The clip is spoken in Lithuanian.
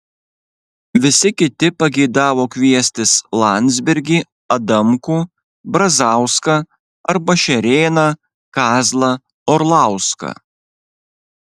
visi kiti pageidavo kviestis landsbergį adamkų brazauską arba šerėną kazlą orlauską